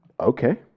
Okay